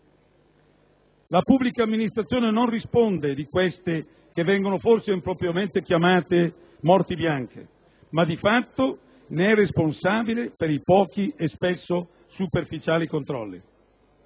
La pubblica amministrazione non risponde di queste morti, impropriamente chiamate morti bianche, ma di fatto ne è responsabile per i pochi e spesso superficiali controlli.